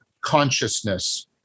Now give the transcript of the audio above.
consciousness